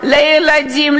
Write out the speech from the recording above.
לילדים,